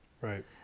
Right